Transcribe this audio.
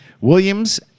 Williams